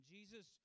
Jesus